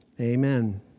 Amen